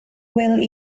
wil